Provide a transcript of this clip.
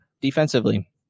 defensively